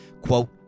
quote